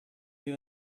you